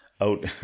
out